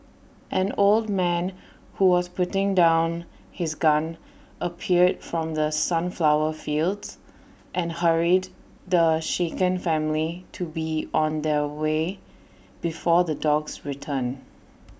an old man who was putting down his gun appeared from the sunflower fields and hurried the shaken family to be on their way before the dogs return